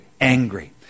angry